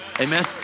Amen